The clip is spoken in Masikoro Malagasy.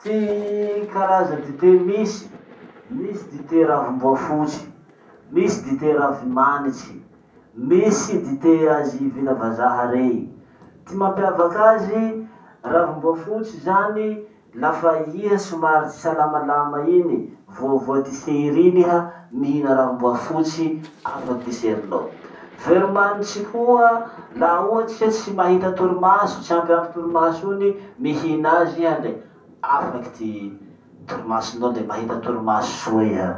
Ty karaza dite misy: misy dite ravimboafotsy, misy dite ravimanitsy, misy dite azy vita vazaha rey. Ty mampiavaky azy, ravimboafotsy zany, lafa iha somary tsy salamalama iny, voavoa ty sery iny iha, mihina ravimboafotsy, afaky ty serinao. Veromanitsy koa, laha ohatsy iha tsy mahita torimaso, tsy ampy ampy torimaso iny, mihina azy iha le afaky ty torimasonao le mahita torimaso soa iha.